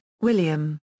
William